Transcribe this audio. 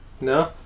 no